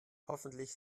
hoffentlich